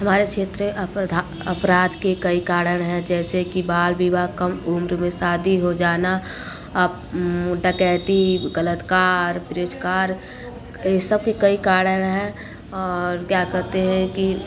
हमारे क्षेत्र अपराध के कई कारण है जैसे कि बाल विवाह कम उम्र में शादी हो जाना डकैती गलत कार्य तिरस्कार ये सब के कई कारण है और क्या कहते हैं कि